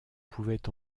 pouvait